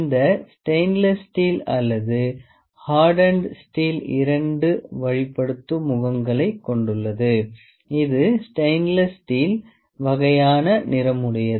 இந்த stainless steel அல்லது hardened steel இரண்டு வழிப்படுத்தும் முகங்களைக் கொண்டுள்ளது இது ஸ்டெயின்லெஸ் ஸ்டீல் வகையான நிறமுடையது